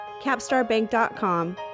capstarbank.com